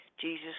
Jesus